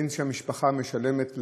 בין שהמשפחה משלמת לבד,